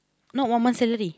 not one month salary